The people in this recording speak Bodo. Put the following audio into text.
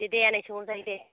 दे दे आनै सोंहरजायो दे